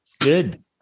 Good